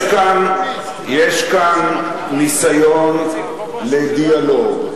יש כאן ניסיון לדיאלוג.